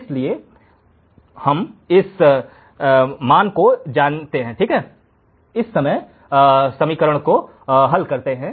इसलिए हम इस मान को जानते हैं ठीक है हम इस समीकरण को जानते हैं